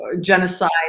genocide